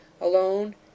alone